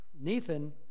Nathan